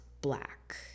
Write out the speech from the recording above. black